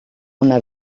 una